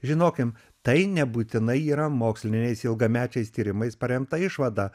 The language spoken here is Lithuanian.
žinokim tai nebūtinai yra moksliniais ilgamečiais tyrimais paremta išvada